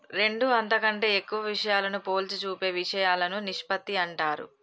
రెండు అంతకంటే ఎక్కువ విషయాలను పోల్చి చూపే ఇషయాలను నిష్పత్తి అంటారు